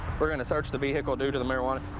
we're going to search the vehicle due to the marijuana.